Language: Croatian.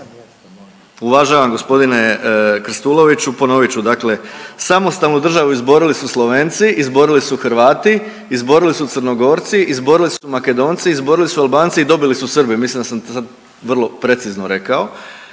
Uvažavam g. Krstuloviću, ponovit ću, dakle samostalnu državu izborili su Slovenci, izborili su Hrvati, izborili su Crnogorci, izborili su Makedonci, izborili su Albanci i dobili su Srbi, mislim da sam sad vrlo precizno rekao.